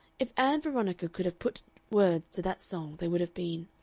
if ann veronica could have put words to that song they would have been,